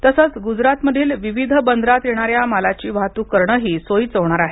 तसच गुजरात मधील विविध बदरात येणाऱ्या मालाची वाहतूक करण ही सोयीच होणार आहे